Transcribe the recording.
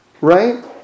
right